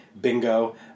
Bingo